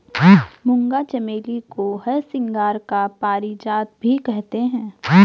मूंगा चमेली को हरसिंगार या पारिजात भी कहते हैं